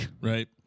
right